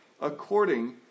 according